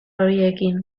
horiekin